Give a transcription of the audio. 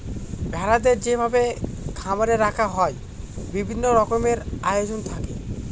ভেড়াদের যেভাবে খামারে রাখা হয় বিভিন্ন রকমের আয়োজন থাকে